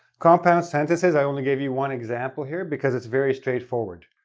compound sentences, i only gave you one example here, because it's very straightforward.